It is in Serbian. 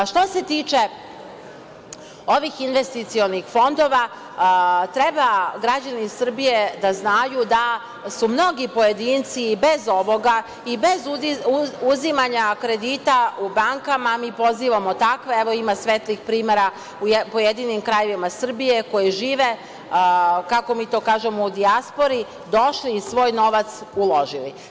Što se tiče ovih investicionih fondova, treba građani Srbije da znaju da su mnogi pojedinci i bez ovoga, i bez uzimanja kredita u bankama, a mi pozivamo takve, evo ima svetlih primera u pojedinim krajevima Srbije koji žive, kako mi to kažemo, u dijaspori, došli i svoj novac uložili.